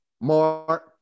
Mark